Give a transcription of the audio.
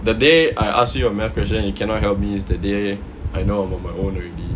the day I ask you a math question you cannot help me is that day I know my about own already